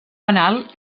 penal